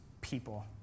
people